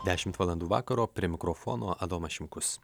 dešimt valandų vakaro prie mikrofono adomas šimkus